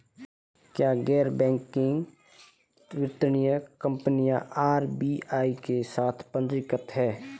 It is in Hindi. क्या गैर बैंकिंग वित्तीय कंपनियां आर.बी.आई के साथ पंजीकृत हैं?